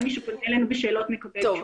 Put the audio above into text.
מי שפונה בשאלות, מקבל תשובות.